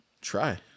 try